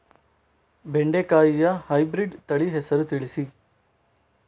ಬೆಂಡೆಕಾಯಿಯ ಹೈಬ್ರಿಡ್ ತಳಿ ಹೆಸರು ತಿಳಿಸಿ?